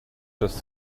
just